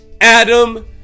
Adam